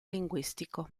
linguistico